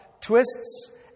twists